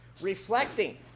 Reflecting